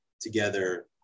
together